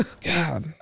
God